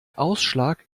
ausschlag